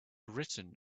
written